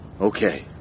Okay